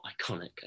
iconic